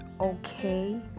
okay